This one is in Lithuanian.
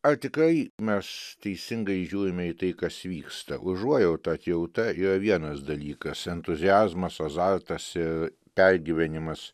ar tikrai mes teisingai žiūrime į tai kas vyksta užuojauta atjauta yra vienas dalykas entuziazmas azartas ir pergyvenimas